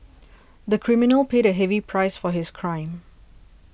the criminal paid a heavy price for his crime